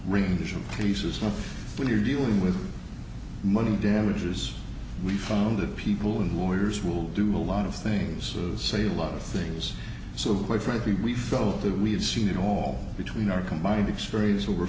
of cases not when you're dealing with money damages we follow the people and lawyers will do a lot of things so say a lot of things so quite frankly we felt that we have seen it all between our combined experience over